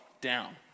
down